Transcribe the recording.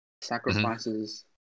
sacrifices